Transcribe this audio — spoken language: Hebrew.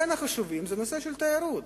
בין החשובים, הוא תיירות.